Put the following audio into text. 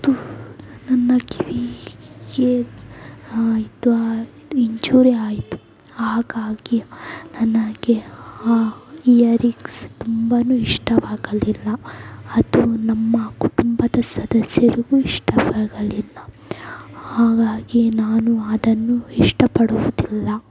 ತು ನನ್ನ ಕಿವಿಗೆ ಇದು ಆಯ್ ಇನ್ಜುರಿ ಆಯಿತು ಹಾಗಾಗಿ ನನಗೆ ಆ ಇಯರಿಗ್ಸ್ ತುಂಬಾ ಇಷ್ಟವಾಗಲಿಲ್ಲ ಅದು ನಮ್ಮ ಕುಟುಂಬದ ಸದಸ್ಯರಿಗೂ ಇಷ್ಟವಾಗಲಿಲ್ಲ ಹಾಗಾಗಿ ನಾನು ಅದನ್ನು ಇಷ್ಟಪಡುವುದಿಲ್ಲ